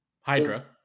Hydra